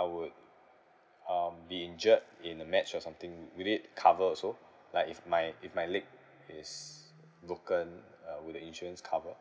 I would um be injured in a match or something will it cover also like if my if my leg is broken uh will the insurance cover